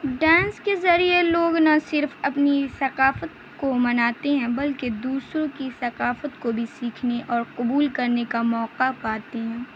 dance کے ذریعے لوگ نہ صرف اپنی ثقافت کو مناتے ہیں بلکہ دوسروں کی ثقافت کو بھی سیکھنے اور قبول کرنے کا موقع پاتے ہیں